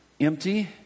empty